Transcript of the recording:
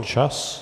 Čas.